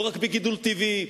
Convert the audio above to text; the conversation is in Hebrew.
לא רק בגידול טבעי,